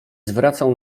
zwracał